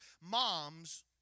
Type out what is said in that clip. Moms